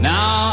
Now